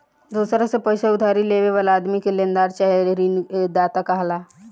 दोसरा से पईसा उधारी लेवे वाला आदमी के लेनदार चाहे ऋणदाता कहाला